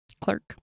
clerk